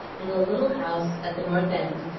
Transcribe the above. in a little house at the north end,